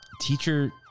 teacher